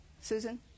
Susan